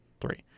Three